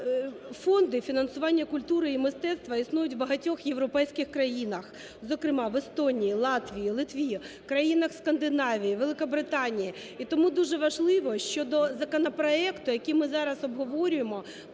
Фонди фінансування культури і мистецтва існують в багатьох європейських країнах, зокрема в Естонії, Латвії, Литві, країнах Скандинавії, Великобританії. І тому дуже важливо, що до законопроекту, який ми зараз обговорюємо